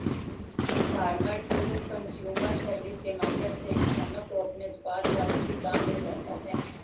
farmer to consumer service के माध्यम से किसानों को अपने उत्पाद का उचित दाम मिल जाता है